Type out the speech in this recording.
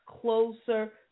closer